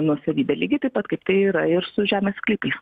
nuosavybę lygiai taip pat kaip tai yra ir su žemės sklypais